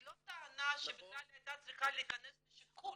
לא טענה שבכלל הייתה צריכה להכנס לשיקול.